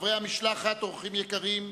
חברי המשלחת, אורחים יקרים,